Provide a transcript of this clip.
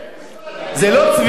בית-המשפט העליון,